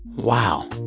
wow.